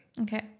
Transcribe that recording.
okay